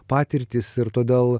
patirtis ir todėl